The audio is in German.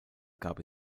gab